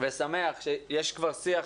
ושמח שיש כבר שיח